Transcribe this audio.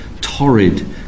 torrid